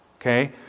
okay